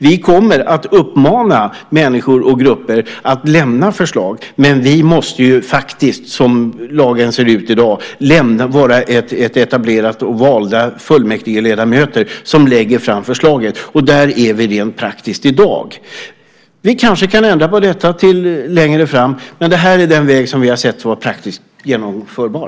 Vi kommer att uppmana människor och grupper att lämna förslag, men det måste faktiskt som lagen ser ut i dag vara valda fullmäktigeledamöter som lägger fram förslaget. Där är vi rent praktiskt i dag. Vi kanske kan ändra på detta längre fram, men det här är den väg som vi har sett vara praktiskt genomförbar.